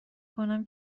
کنم